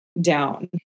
down